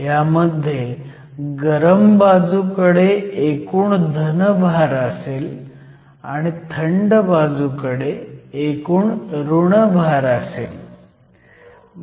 ह्यामध्ये गरम बाजूकडे एकूण धन भार असेल आणि थंड बाजूकडे एकूण ऋण भार असेल